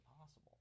possible